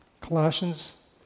Colossians